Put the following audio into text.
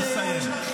נא לסיים.